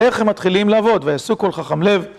איך הם מתחילים לעבוד, ויעשו כל חכם לב.